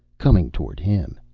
coming toward him.